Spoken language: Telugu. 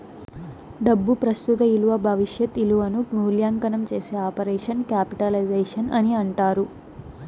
డబ్బు ప్రస్తుత ఇలువ భవిష్యత్ ఇలువను మూల్యాంకనం చేసే ఆపరేషన్ క్యాపిటలైజేషన్ అని అంటారు